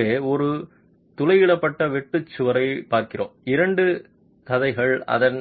எனவே ஒரு துளையிடப்பட்ட வெட்டு சுவரைப் பார்க்கிறோம் இரண்டு கதைகள் அதன்